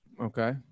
Okay